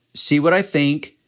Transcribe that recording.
see what i think,